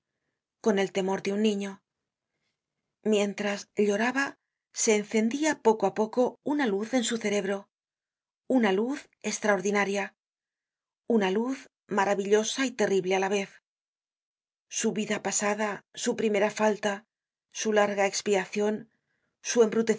con el temor de un niño mientras lloraba se encendia poco á poco una luz en su cerebro una luz estraordinaria una luz maravillosa y terrible á la vez su vida pasada su primera falta su larga expiacion su